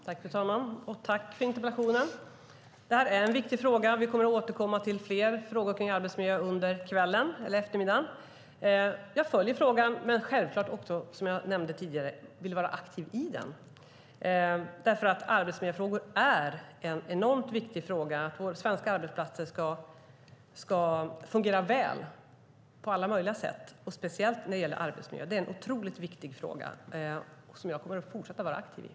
Fru talman! Jag tackar för interpellationen. Det här är en viktig fråga, och vi kommer att återkomma till fler frågor om arbetsmiljö under eftermiddagen eller kvällen. Jag följer frågan men vill självklart också, vilket jag nämnde tidigare, vara aktiv i den. Arbetsmiljöfrågor är nämligen enormt viktiga. Svenska arbetsplatser ska fungera väl på alla möjliga sätt, och speciellt när det gäller arbetsmiljö. Det är en otroligt viktig fråga, som jag kommer att fortsätta att vara aktiv i.